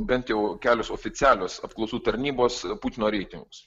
bent jau kelios oficialios apklausų tarnybos putino reitingus